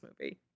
movie